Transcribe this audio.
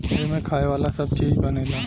एमें खाए वाला सब चीज बनेला